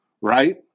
right